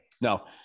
No